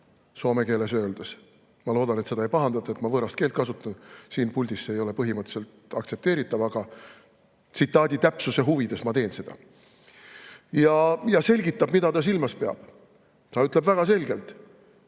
soome keeles öeldes. Ma loodan, et te ei pahandata, et ma võõrast keelt kasutan. Siin puldis ei ole see põhimõtteliselt aktsepteeritav, aga tsitaadi täpsuse huvides ma teen seda. Ja ta selgitab, mida ta silmas peab. Ta ütleb väga selgelt,